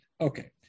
Okay